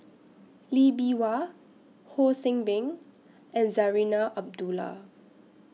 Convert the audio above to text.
Lee Bee Wah Ho See Beng and Zarinah Abdullah